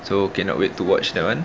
so cannot wait to watch that [one]